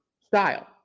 style